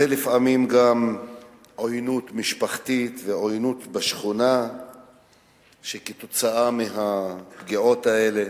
זה לפעמים גם עוינות משפחתית ועוינות בשכונה כתוצאה מהפגיעות האלה.